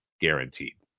guaranteed